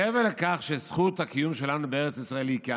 מעבר לכך שזכות הקיום שלנו בארץ ישראל היא נובעת מכך